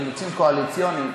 אילוצים קואליציוניים,